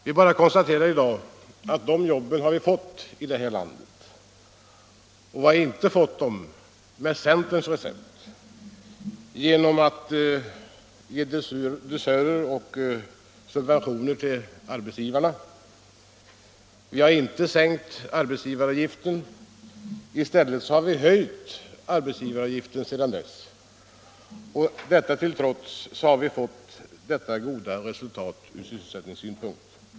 Vi bara konstaterar i dag att de jobben har vi fått i det här landet, och vi har inte fått dem med centerns recept att ge dusörer och subventioner till arbetsgivarna. Vi har inte sänkt arbetsgivaravgiften utan i stället höjt den, och detta till trots har vi fått det här goda resultatet ur sysselsättningssynpunkt.